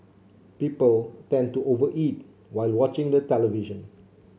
people tend to over eat while watching the television